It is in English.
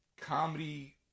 comedy